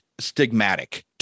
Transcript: stigmatic